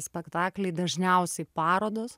spektakliai dažniausiai parodos